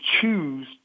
choose